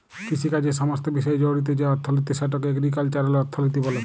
কিষিকাজের সমস্ত বিষয় জড়িত যে অথ্থলিতি সেটকে এগ্রিকাল্চারাল অথ্থলিতি ব্যলে